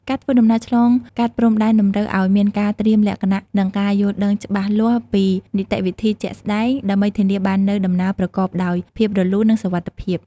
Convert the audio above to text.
ការធ្វើដំណើរឆ្លងកាត់ព្រំដែនតម្រូវឱ្យមានការត្រៀមលក្ខណៈនិងការយល់ដឹងច្បាស់លាស់ពីនីតិវិធីជាក់ស្តែង ដើម្បីធានាបាននូវដំណើរប្រកបដោយភាពរលូននិងសុវត្ថិភាព។